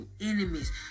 enemies